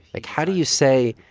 like, how do you say,